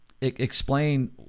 explain